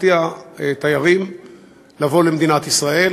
מרתיע תיירים מלבוא למדינת ישראל.